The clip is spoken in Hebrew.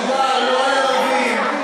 שמדובר לא על ערבים,